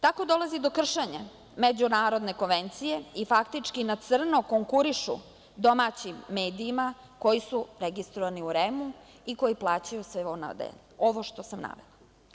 Tako dolazi do kršenja međunarodne konvencije i faktički na crno konkurišu domaćim medijima koji su registrovani u REM-u i koji plaćaju … ovo što sam navela.